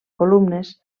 columnes